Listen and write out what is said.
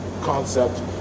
concept